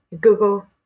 Google